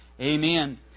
Amen